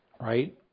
right